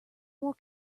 more